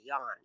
on